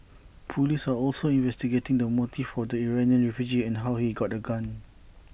Police are also investigating the motives for the Iranian refugee and how he got A gun